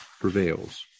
prevails